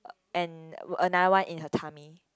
and uh another one in her tummy